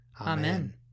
Amen